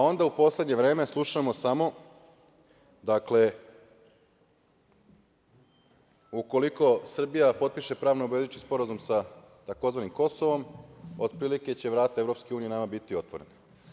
Onda u poslednje vreme slušamo samo, dakle ukoliko Srbija potpiše pravno obavezujući sporazum sa tzv. Kosovom, otprilike će vrata EU biti otvorena.